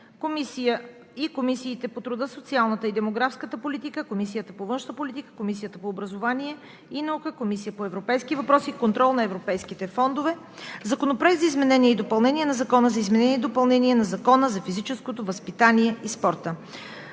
Комисията по труда, социалната и демографската политика, Комисията по външна политика, Комисията по образование и наука и Комисията по европейските въпроси и контрол на европейските фондове. Законопроект за изменение и допълнение на Закона за изменение и допълнение на Закона за физическото възпитание и спорта.